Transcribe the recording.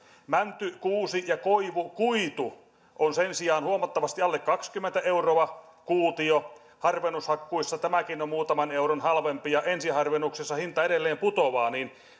mänty kuusi ja koivukuitu ovat sen sijaan huomattavasti alle kaksikymmentä euroa kuutio harvennushakkuissa nämäkin ovat muutaman euron halvempia ja ensiharvennuksessa hinta edelleen putoaa